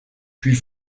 puis